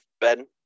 Ben